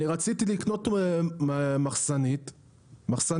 אני רציתי לקנות מחסנית לכלי